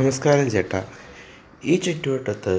നമസ്കാരം ചേട്ടാ ഈ ചുറ്റുവട്ടത്ത്